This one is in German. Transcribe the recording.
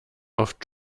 oft